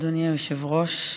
אדוני היושב-ראש,